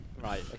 right